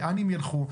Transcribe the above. לאן הם ילכו.